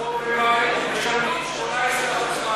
למה על לחם שחור משלמים 18% מע"מ?